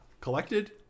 collected